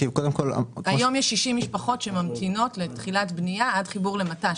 היום יש 60 משפחות שממתינות לתחילת בנייה עד חיבור למט"ש.